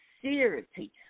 sincerity